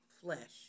flesh